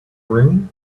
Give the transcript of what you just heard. ring